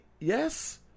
yes